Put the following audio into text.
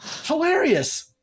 Hilarious